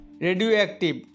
radioactive